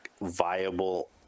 viable